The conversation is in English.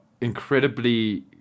incredibly